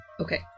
Okay